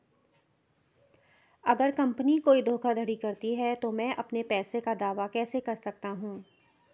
अगर कंपनी कोई धोखाधड़ी करती है तो मैं अपने पैसे का दावा कैसे कर सकता हूं?